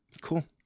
Cool